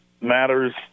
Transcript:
matters